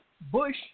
Bush